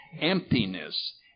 emptiness